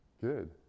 Good